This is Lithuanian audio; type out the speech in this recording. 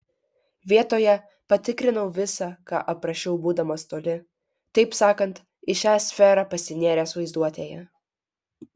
vietoje patikrinau visa ką aprašiau būdamas toli taip sakant į šią sferą pasinėręs vaizduotėje